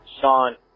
Sean